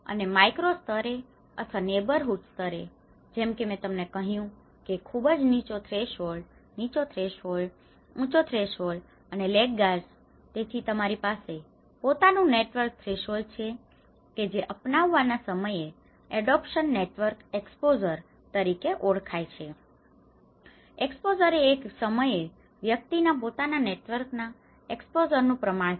અને માઈક્રો સ્તરે અથવા નેઈબરહૂડ સ્તરે જેમ કે મેં તમને કહ્યું હતું કે ખુબજ નીચો થ્રેશહોલ્ડ નીચો થ્રેશહોલ્ડ ઉંચો થ્રેશહોલ્ડ અને લેગગાર્ડસ તેથી તમારી પાસે પોતાનું નેટવર્ક થ્રેશહોલ્ડ છે કે જે અપનાવવાના સમયે એડોપ્શન નેટવર્ક એક્સપોઝર તરીકે ઓળખાય છે એક્સપોઝર એ એક સમયે વ્યક્તિ ના પોતાના નેટવર્ક ના એક્સપોઝર નું પ્રમાણ છે